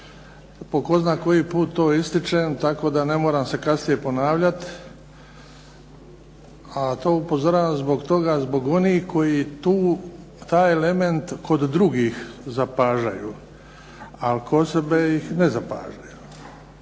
Po tko zna koji put to ističem tako da ne moram se kasnije ponavljat, to upozoravam zbog onih koji taj element kod drugih zapažaju a kod sebe ih ne zapažaju,